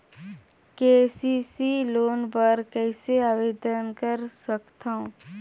KCC loan बर कइसे आवेदन कर सकथव?